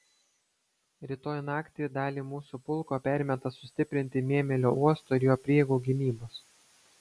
rytoj naktį dalį mūsų pulko permeta sustiprinti mėmelio uosto ir jo prieigų gynybos